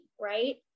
right